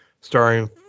Starring